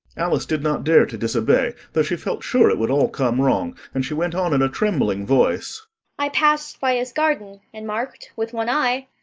alice did not dare to disobey, though she felt sure it would all come wrong, and she went on in a trembling voice i passed by his garden, and marked, with one eye,